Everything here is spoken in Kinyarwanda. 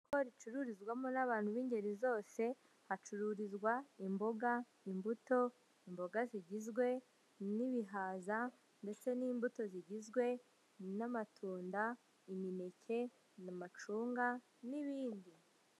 Isoko rucururizwamo n'abantu bingeri zose, hacururizwa imboga, imbuto. Imboga zigizwe n'ibihaza ndetse n'imbuto zigizwe n'amatunda, imineke n'amacunga n'ibindi